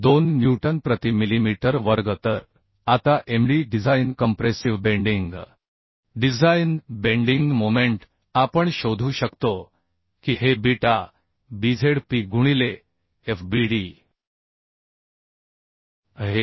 2 newton प्रति millimetre वर्ग तर आता MD design compressive bending design bending moment आपण शोधू शकतो की हे बीटा Bzp गुणिले FBD आहे